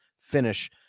finish